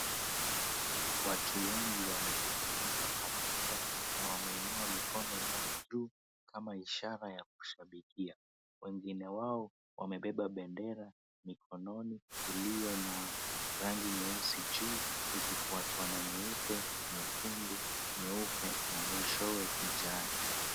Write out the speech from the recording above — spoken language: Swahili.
Watu wengi wamekusanyika pamoja na wameinua mikono yao juu kama ishara ya kushabikia. Wengine wao wamebeba bendera mikononi iliyo na rangi nyeusi juu ikifuatwa na nyeupe, nyekundu, nyeupe na mwishowe kijani.